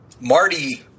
Marty